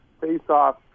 face-off